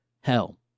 hell